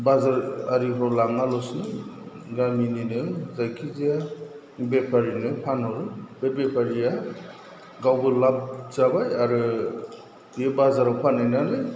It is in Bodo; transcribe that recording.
बाजार आरिफ्राव लांनाल'साे गामिनिनो जायखि जाया बेफारिनो फानहरो बे बेफारिया गावबो लाब जाबाय आरो बियो बाजाराव फानहैनानै